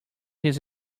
his